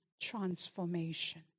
transformation